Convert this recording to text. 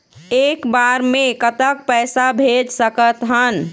एक बार मे कतक पैसा भेज सकत हन?